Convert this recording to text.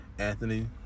Anthony